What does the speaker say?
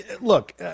Look